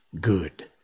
Good